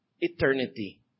eternity